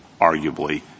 arguably